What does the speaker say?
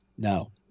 No